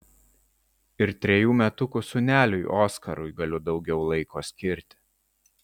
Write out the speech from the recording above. ir trejų metukų sūneliui oskarui galiu daugiau laiko skirti